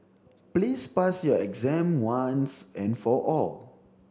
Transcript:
please pass your exam once and for all